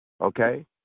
Okay